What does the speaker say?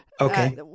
Okay